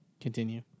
Continue